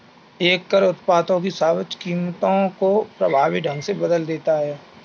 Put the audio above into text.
एक कर उत्पादों की सापेक्ष कीमतों को प्रभावी ढंग से बदल देता है